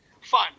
fun